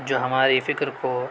جو ہماری فکر کو